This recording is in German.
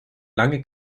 lange